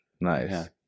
nice